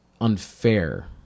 unfair